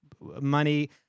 money